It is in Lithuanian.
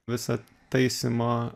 visą taisymo